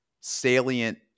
salient